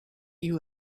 you